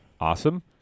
Awesome